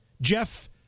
Jeff